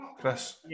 Chris